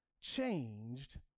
changed